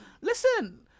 listen